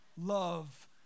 Love